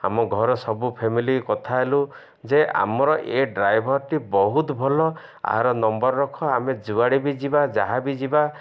ଆମ ଘର ସବୁ ଫ୍ୟାମିଲି କଥା ହେଲୁ ଯେ ଆମର ଏ ଡ୍ରାଇଭର୍ଟି ବହୁତ ଭଲ ଆହାର ନମ୍ବର ରଖ ଆମେ ଯୁଆଡ଼େ ବି ଯିବା ଯାହା ବି ଯିବା